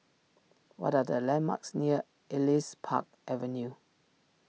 what are the landmarks near Elias Park Avenue